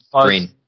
Green